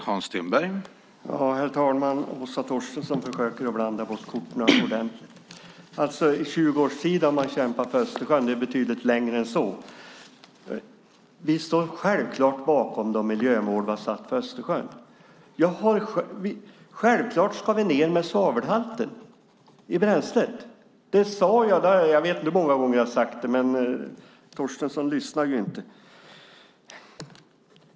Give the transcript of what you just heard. Herr talman! Åsa Torstensson försöker blanda bort korten ordentligt. Det är betydligt längre än 20 år man har kämpat för Östersjön. Vi står självklart bakom de miljömål vi har satt upp för Östersjön. Självklart ska vi ned med svavelhalten i bränslet. Jag vet inte hur många gånger jag har sagt det, men Torstensson lyssnar ju inte.